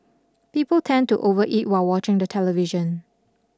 people tend to overeat while watching the television